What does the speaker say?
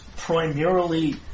primarily